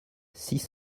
six